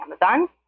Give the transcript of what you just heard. Amazon